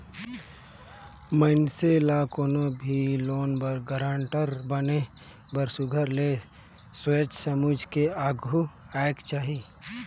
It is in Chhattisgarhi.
मइनसे ल कोनो भी लोन कर गारंटर बने बर सुग्घर ले सोंएच समुझ के आघु आएक चाही